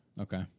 Okay